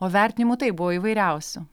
o vertinimų taip buvo įvairiausių